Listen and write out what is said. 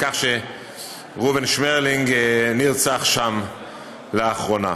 ראובן שמרלינג נרצח שם לאחרונה.